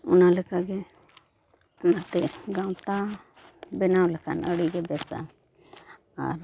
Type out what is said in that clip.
ᱚᱱᱟ ᱞᱮᱠᱟᱜᱮ ᱚᱱᱟᱛᱮ ᱜᱟᱶᱛᱟ ᱵᱮᱱᱟᱣ ᱞᱮᱠᱷᱟᱱ ᱟᱹᱰᱤ ᱜᱮ ᱵᱮᱥᱟ ᱟᱨ